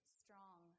strong